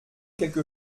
quelque